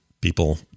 people